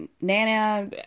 Nana